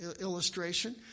illustration